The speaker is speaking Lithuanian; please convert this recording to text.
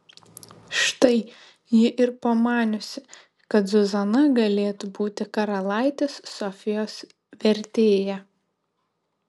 štai ji ir pamaniusi kad zuzana galėtų būti karalaitės sofijos vertėja